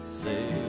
say